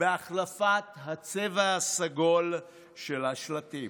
בהחלפת הצבע הסגול של השלטים?